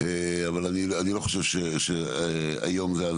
אבל אני לא חושב שהיום זה,